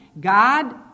God